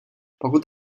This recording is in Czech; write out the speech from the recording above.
pokud